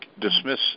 dismiss